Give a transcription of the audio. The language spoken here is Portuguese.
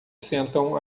sentam